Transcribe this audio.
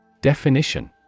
Definition